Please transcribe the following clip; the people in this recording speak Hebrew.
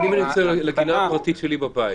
אם אני יוצא לגינה פרטית שלי בבית,